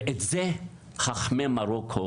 ואת זה חכמי מרוקו